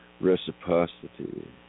reciprocity